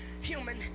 human